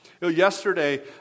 Yesterday